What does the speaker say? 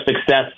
success